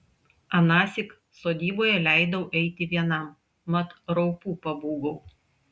anąsyk sodyboje leidau eiti vienam mat raupų pabūgau